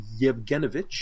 Yevgenovich